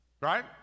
right